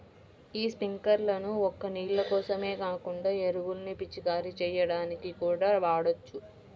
యీ స్పింకర్లను ఒక్క నీళ్ళ కోసమే కాకుండా ఎరువుల్ని పిచికారీ చెయ్యడానికి కూడా వాడొచ్చు